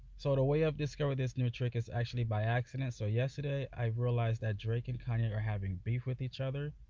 so the way i've discovered this new trick is actually by accident so yesterday, i realized that drake and kanye are having beef with each other.